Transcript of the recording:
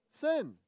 sin